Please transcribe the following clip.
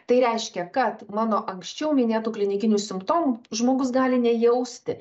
tai reiškia kad mano anksčiau minėtų klinikinių simptomų žmogus gali nejausti